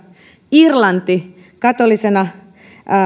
irlanti katolisena